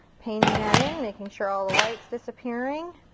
painting that in, making sure all the white's disappearing.